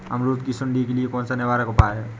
अमरूद की सुंडी के लिए कौन सा निवारक उपाय है?